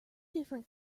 different